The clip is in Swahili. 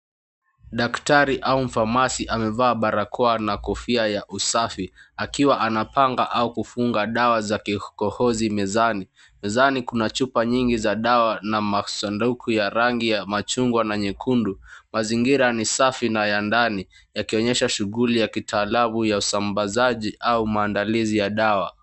Daktari au mpharmacy amevaa barakoa na kofia ya usafi akiwa anapanga au kufunga dawa za kikohozi mezani. Mezani kuna chupa nyingi za dawa na masanduku ya rangi ya machungwa na nyekundu, mazingira ni safi na ya ndani yakionyesha shughuli ya kitalamu ya usambazaji au maandalizi ya dawa.